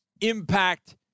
impact